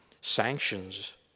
sanctions